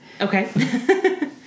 Okay